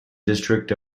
district